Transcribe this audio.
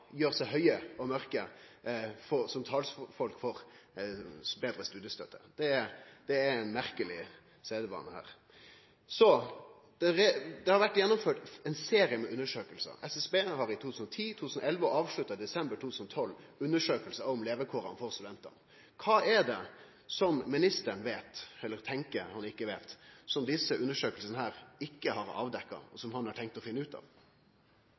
gjer seg høge og mørke som talsfolk for betre studiestøtte. Det er ein merkeleg sedvane her. Det har vore gjennomført ein serie med undersøkingar – SSB har i 2010, 2011 og avslutta i desember 2012 undersøkingar om levekår for studentar. Kva er det ministeren tenkjer han ikkje veit, som desse undersøkingane ikkje har avdekt, og som han har tenkt å finne ut av?